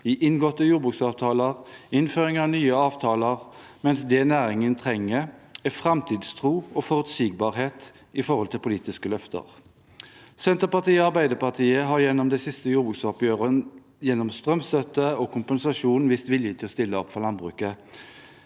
i inngåtte jordbruksavtaler og innføring av nye avgifter, mens det næringen trenger, er framtidstro og forutsigbarhet når det gjelder politiske løfter. Senterpartiet og Arbeiderpartiet har gjennom de siste jordbruksoppgjørene, gjennom strømstøtte og kompensasjon, vist vilje til å stille opp for landbruket.